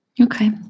Okay